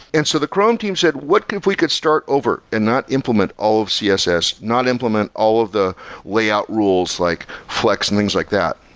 and so the chrome team said, what if we could start over and not implement all of css? not implement all of the layout rules, like flex and things like that,